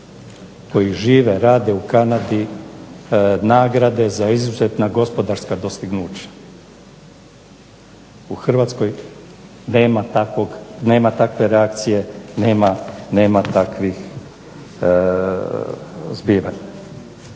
koji žive, rade u Kanade nagrade za izuzetna gospodarska dostignuća. U Hrvatskoj nema takve reakcije, nema takvih zbivanja,